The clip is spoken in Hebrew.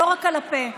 לא רק על הפה.